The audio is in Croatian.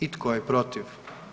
I tko je protiv?